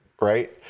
right